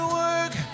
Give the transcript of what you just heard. work